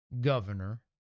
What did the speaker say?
governor